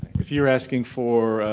if you're asking for,